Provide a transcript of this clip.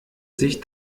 sich